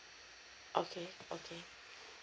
okay okay